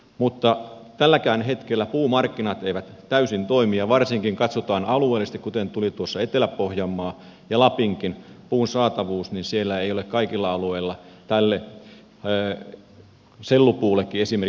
mutta tälläkään hetkellä puumarkkinat eivät täysin toimi ja varsinkin kun katsotaan alueellisesti kuten tuli tuossa etelä pohjanmaan ja lapinkin puun saatavuus niin siellä ei ole kaikilla alueilla sellupuullekaan esimerkiksi kysyntää